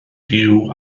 fyw